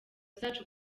zacu